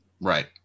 Right